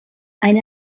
eine